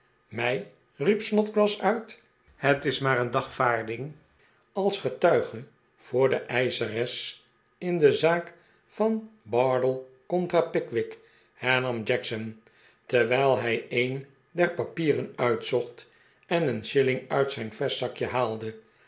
mij riep snodgrass uit het is maar een dagvaarding als getuige voor de eischeres in de zaak van bardell contra pickwick hernam jackson terwijl hij een der papieren uitzocht en een shilling uit zijn vestzakje haalde